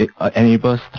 enables